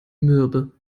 mürbe